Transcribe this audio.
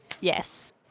Yes